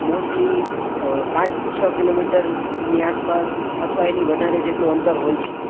mostly પાંચ છ કિલોમીટરની આસપાસ અથવા એની વધારે જેટલું અંતર હોય છે